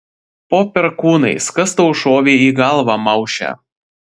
po perkūnais kas tau šovė į galvą mauše